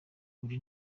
buri